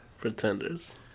Pretenders